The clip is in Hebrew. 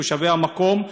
תושבי המקום,